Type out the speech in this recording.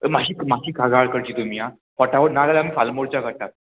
माश्शी माशी कागाळ करची तुमी आं पोटावट ना जाल्यार आमी फाल्यां मोर्चा काडटात